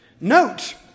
Note